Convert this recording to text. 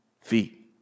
feet